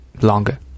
longer